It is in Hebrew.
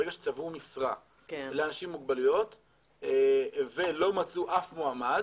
ברגע שצבעו משרה לאנשים עם מוגבלויות ולא מצאו אף מועמד